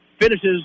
finishes